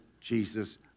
Jesus